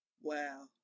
Wow